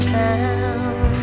town